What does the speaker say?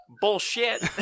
Bullshit